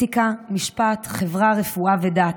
אתיקה, משפט, חברה, רפואה ודת,